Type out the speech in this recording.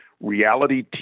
reality